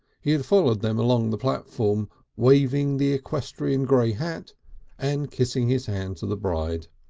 he had followed them along the platform waving the equestrian grey hat and kissing his hand to the bride.